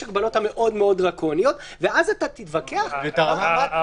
יש הגבלות מאוד דרקוניות ואז אתה תתווכח ברמת